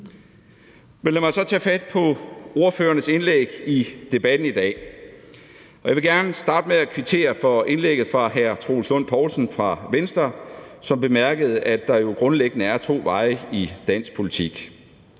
lad mig så tage fat på ordførernes indlæg i debatten i dag, og jeg vil gerne starte med at kvittere for indlægget fra hr. Troels Lund Poulsen fra Venstre, som bemærkede, at der jo grundlæggende er to veje i dansk politik.